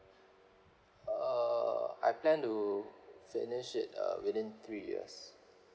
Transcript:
uh I plan to finish it uh within three years